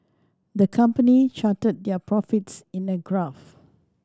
the company charted their profits in a graph